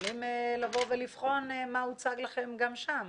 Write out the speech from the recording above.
יכולים לבחן מה הוצג לכם גם שם.